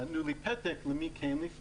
גם הם נתנו לי פתק למי כן לפנות,